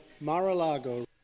Mar-a-Lago